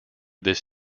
this